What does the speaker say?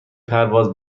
پرواز